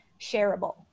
shareable